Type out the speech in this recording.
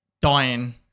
dying